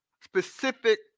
specific